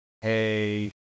hey